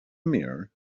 mirror